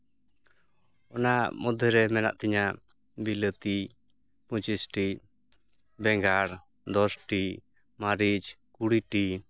ᱚᱱᱟ ᱢᱚᱫᱽᱫᱷᱮ ᱨᱮ ᱢᱮᱱᱟᱜ ᱛᱤᱧᱟᱹ ᱵᱤᱞᱟᱹᱛᱤ ᱯᱚᱸᱪᱤᱥᱴᱤ ᱵᱮᱸᱜᱟᱲ ᱫᱚᱥᱴᱤ ᱢᱟᱨᱤᱪ ᱠᱩᱲᱤᱴᱤ